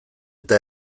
eta